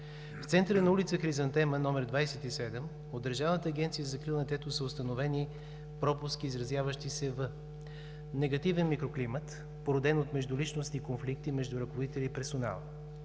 В Центъра на улица „Хризантема“ № 27 от Държавната агенция за закрила на детето са установени пропуски, изразяващи се в: негативен микроклимат, породен от междуличностни конфликти между ръководители и персонала;